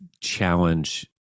challenge